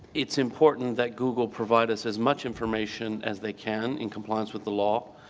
it's important that google provide us as much information as they can in compliance with the law,